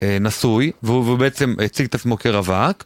נשוי, והוא בעצם הציג את עצמו כרווק.